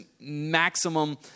maximum